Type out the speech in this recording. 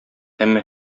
әмма